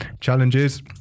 challenges